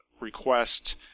request